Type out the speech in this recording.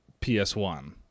PS1